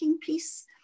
piece